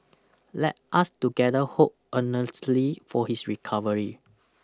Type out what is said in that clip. let us together hope earnestly for his recovery